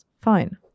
fine